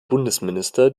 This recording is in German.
bundesminister